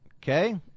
Okay